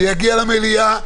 זה יגיע למליאה,